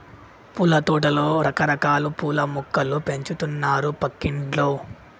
పూలతోటలో రకరకాల పూల మొక్కలు పెంచుతున్నారు పక్కింటోల్లు